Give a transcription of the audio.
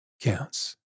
counts